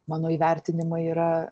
mano įvertinimai yra